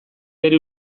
bere